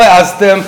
לא העזתם,